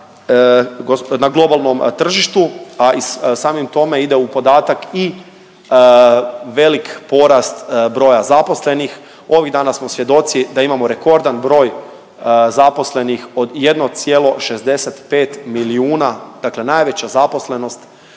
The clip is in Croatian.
na globalnom tržištu, a i samim tome ide u podatak i velik porast broja zaposlenih. Ovih dana smo svjedoci da imamo rekordan broj zaposlenih od 1,65 milijuna, dakle najveća zaposlenost